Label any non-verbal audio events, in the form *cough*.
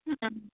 *unintelligible*